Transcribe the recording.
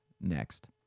next